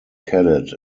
cadet